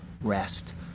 rest